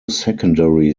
secondary